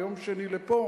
ביום שני לפה.